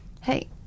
Hey